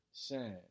shine